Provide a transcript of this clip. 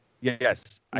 Yes